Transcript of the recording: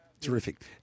Terrific